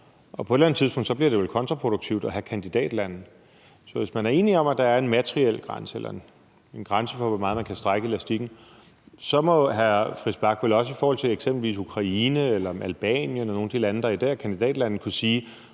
og på et eller andet tidspunkt bliver det vel kontraproduktivitet at have kandidatlande. Så hvis man er enige om, at der er en materiel grænse, altså en grænse for, hvor meget man kan strække elastikken, så må hr. Christian Friis Bach vel også i forhold til eksempelvis Ukraine, Albanien og nogle af de andre lande, der i